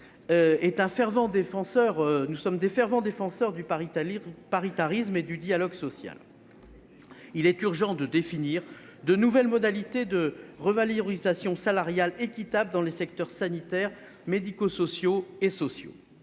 sommes de fervents défenseurs du paritarisme et du dialogue social. Il est urgent de définir de nouvelles modalités de revalorisation salariale équitables dans les secteurs sanitaire, médico-social et social.